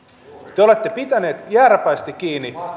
te olette pitäneet jääräpäisesti kiinni